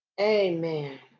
Amen